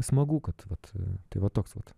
smagu kad vat tai va toks vat